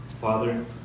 Father